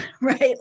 right